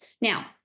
Now